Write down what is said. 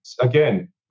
Again